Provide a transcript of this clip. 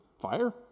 fire